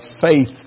faith